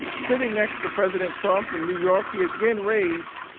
sitting next to president trump in new york, he again raised